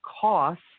cost